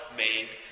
made